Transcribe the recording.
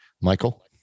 Michael